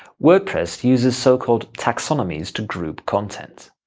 wordpress uses so-called taxonomies to group content.